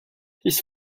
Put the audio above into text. his